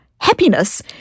happiness